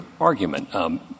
argument